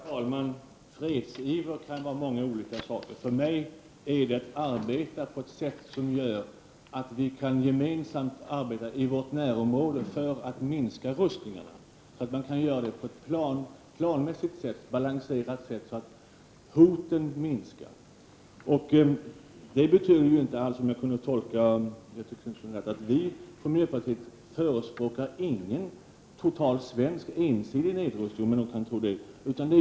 Herr talman! Fredsiver kan vara många olika saker. För mig är det att arbeta för att man i vårt närområde skall minska rustningarna överallt på ett planmässigt och balanserat sätt så att hoten minskar. Miljöpartiet förespråkar ingen total svensk ensidig nedrustning, om nu Göthe Knutson skulle tro det.